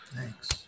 thanks